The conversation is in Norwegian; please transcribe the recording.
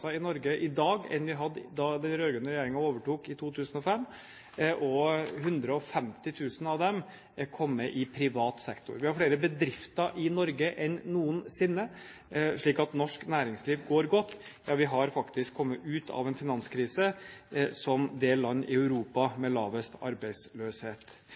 i Norge i dag enn vi hadde da den rød-grønne regjeringen overtok i 2005, og 150 000 av dem har kommet i privat sektor. Vi har flere bedrifter i Norge enn noensinne. Så norsk næringsliv går godt. Vi har faktisk kommet ut av en finanskrise som det land i Europa som har lavest arbeidsløshet.